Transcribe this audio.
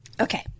Okay